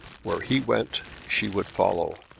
where he went she would follow.